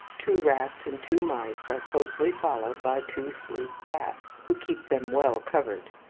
two rats and two mice are closely followed by two sleek cats, who keep them well covered,